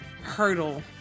hurdle